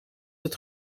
het